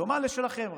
דומה לשלכם,